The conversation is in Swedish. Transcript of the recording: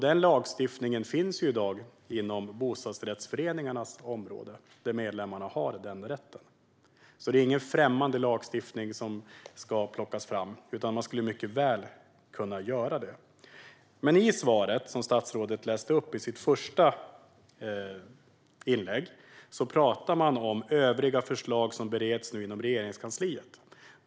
Den lagstiftningen finns i dag inom bostadsrättsföreningarnas område där medlemmarna har den rätten. Det är alltså ingen främmande lagstiftning som ska plockas fram, utan man skulle mycket väl kunna göra det här. I svaret som statsrådet gav här i sitt första inlägg talade han om övriga förslag som nu bereds inom Regeringskansliet.